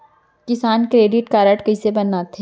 किसान credit card कइसे बनथे?